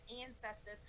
ancestors